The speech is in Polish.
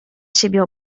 siebie